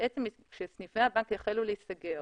כאשר סניפי הבנק החלו להיסגר